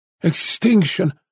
Extinction